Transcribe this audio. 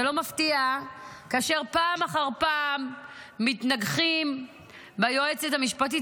זה לא מפתיע כאשר פעם אחר פעם מתנגחים ביועצת המשפטית.